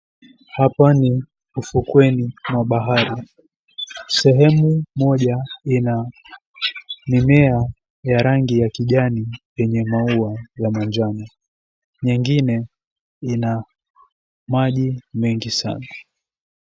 Hapa ni ufukweni mwa bahari sehemu moja ina mimea ya rangi ya kijani yenye maua ya manjano nyingine ina maji mengi sana.